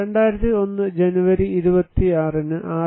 2001 ജനുവരി 26 ന് 6